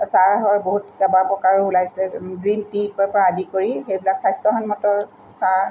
চাহৰ বহুত কেবাপ্ৰকাৰো ওলাইছে গ্ৰীণ টিৰপৰা আদি কৰি সেইবিলাক স্বাস্থ্যসন্মত চাহ